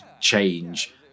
change